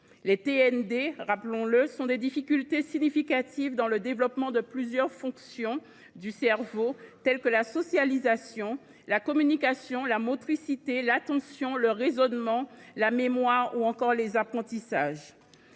Les TND, rappelons le, correspondent à des difficultés significatives dans le développement de plusieurs fonctions du cerveau, telles que la socialisation, la communication, la motricité, l’attention, le raisonnement, la mémoire, ou encore les apprentissages.